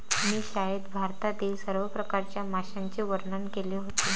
मी शाळेत भारतातील सर्व प्रकारच्या माशांचे वर्णन केले होते